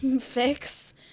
fix